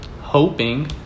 hoping